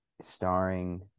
starring